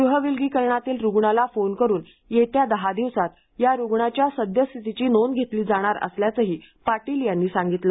गृहविलगीकरणातील रुग्णाला फोन करून येत्या दहा दिवसांत या रुग्णाची सद्यस्थितीची नोंद घेतली जाणार असल्याचेही पाटील यांनी सांगितले